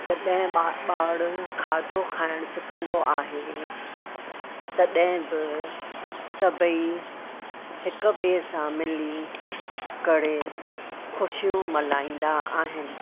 जॾहिं ॿारु खाधो खाइणु सिखंदो आहे तॾहिं बि सभई हिक ॿिए सां मिली करे ख़ुशियूं मल्हाईंदा आहिनि